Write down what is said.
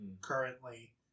currently